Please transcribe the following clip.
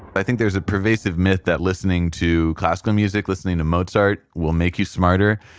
but i think there's a pervasive myth that listening to classical music, listening to mozart will make you smarter,